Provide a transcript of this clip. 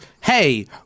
hey